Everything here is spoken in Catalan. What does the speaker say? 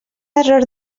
error